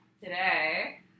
Today